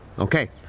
okay.